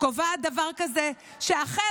קובעת דבר כזה: אכן,